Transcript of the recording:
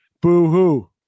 Boo-hoo